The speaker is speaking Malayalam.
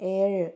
ഏഴ്